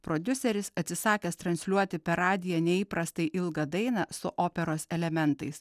prodiuseris atsisakęs transliuoti per radiją neįprastai ilgą dainą su operos elementais